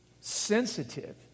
sensitive